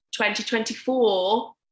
2024